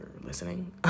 listening